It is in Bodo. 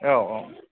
औ औ